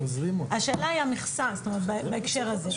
השאלה היא המכסה בהקשר הזה.